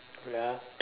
wait ah